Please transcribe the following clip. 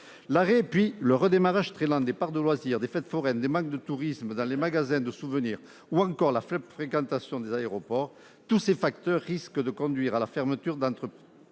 L'arrêt puis le redémarrage très lent des parcs de loisirs, des fêtes foraines, le manque de touristes dans les magasins de souvenirs, ou encore la faible fréquentation des aéroports, tous ces facteurs risquent de conduire à la fermeture d'entreprises